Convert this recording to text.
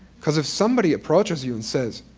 because if somebody approaches you and says,